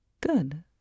good